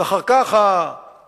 ואחר כך האנגלים,